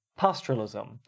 pastoralism